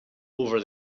over